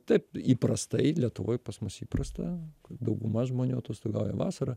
taip įprastai lietuvoj pas mus įprasta dauguma žmonių atostogauja vasarą